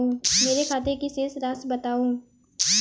मेरे खाते की शेष राशि बताओ?